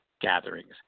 gatherings